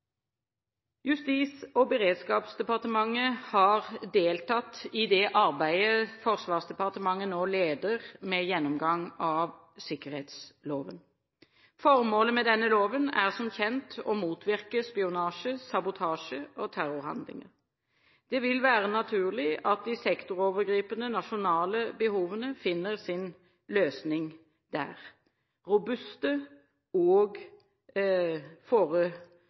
Justis- og beredskapsdepartementet har deltatt i det arbeidet Forsvarsdepartementet nå leder med gjennomgang av sikkerhetsloven. Formålet med denne loven er som kjent å motvirke spionasje, sabotasje og terrorhandlinger. Det vil være naturlig at de sektorovergripende nasjonale behovene finner sin løsning der – robuste